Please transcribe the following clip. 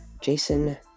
Jason